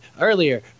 earlier